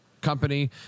company